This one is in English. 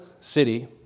city